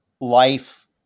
life